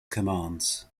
commands